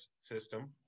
system